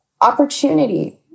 opportunity